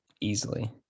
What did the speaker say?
Easily